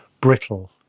brittle